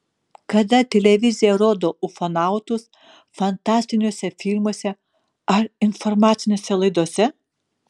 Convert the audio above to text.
kada televizija rodo ufonautus fantastiniuose filmuose ar informacinėse laidose